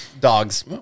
dogs